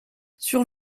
sur